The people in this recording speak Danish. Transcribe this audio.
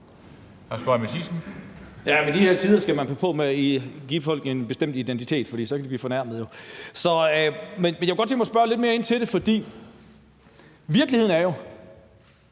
jeg kunne godt tænke mig at spørge lidt mere ind til det, for virkeligheden er jo,